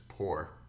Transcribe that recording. Poor